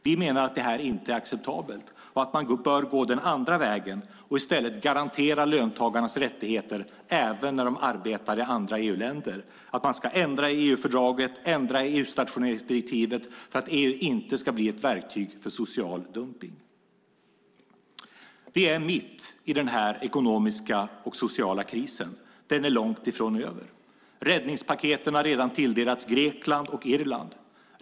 Vi menar att detta inte är acceptabelt utan att man bör gå den andra vägen och i stället garantera löntagarnas rättigheter även när de arbetar i andra EU-länder. Man ska ändra i EU-fördraget och utstationeringsdirektivet för att EU inte ska bli ett verktyg för social dumpning. Vi är mitt i den ekonomiska och sociala krisen. Den är långtifrån över. Räddningspaketen har redan tilldelats Grekland och Irland.